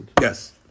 Yes